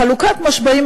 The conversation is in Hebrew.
חלוקת משאבים,